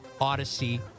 Odyssey